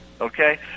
Okay